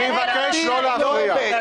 --- אני מבקש לא להפריע.